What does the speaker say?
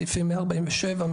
סעיפים 147,